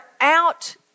out